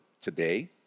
today